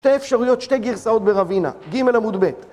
שתי אפשרויות, שתי גרסאות ברווינה. ג' עמוד ב'.